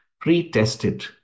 pre-tested